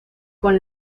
con